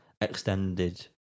extended